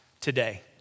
today